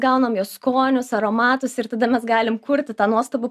gaunam jos skonius aromatus ir tada mes galim kurti tą nuostabų